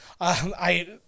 I-